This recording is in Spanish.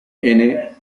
dimensional